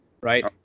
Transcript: right